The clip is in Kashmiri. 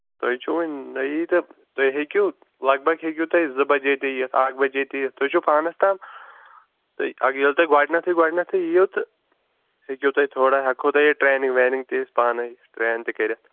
تُہۍ چھُو وُنہِ نٔیی تہٕ تُہۍ ہٮ۪کِو لگ بگ ہٮ۪کِو تُہی زٕ بجے تہِ یِتھ اَکھ بجے تہِ یِتھ تُہۍ چھُو پانس تام تُہۍ ییٚلہِ تُہۍ گۄڈنٮ۪تھٕے گۄڈنٮ۪تھٕے یِیو تہٕ ہٮ۪کِو تُہی تھوڑا ہٮ۪کِو تۅہہِ ییٚتہِ ٹرینِنٛگ وینِنٛگ تہِ أسۍ پانے ٹرین تہِ کٔرِتھ